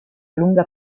lunga